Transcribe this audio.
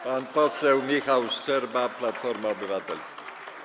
Pan poseł Michał Szczerba, Platforma Obywatelska.